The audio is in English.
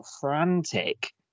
frantic